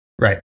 Right